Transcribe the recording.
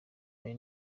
hari